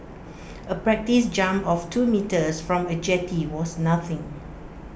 A practice jump of two metres from A jetty was nothing